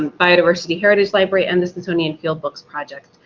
um biodiversity heritage library and the smithsonian field books project.